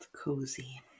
Cozy